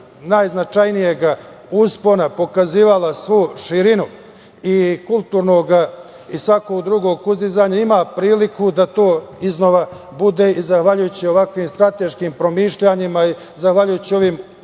najznačajnijeg uspona, pokazivala svu širinu i kulturnog i svakog drugog uzdizanja, ima priliku da to iznova bude i zahvaljujući ovakvim strateškim promišljanjima i zahvaljujući ovim